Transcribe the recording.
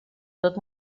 tot